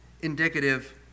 indicative